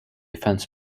fence